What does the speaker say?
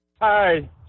Hi